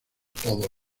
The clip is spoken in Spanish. todo